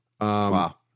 Wow